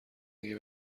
دیگه